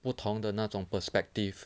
不同的那种 perspective